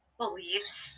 beliefs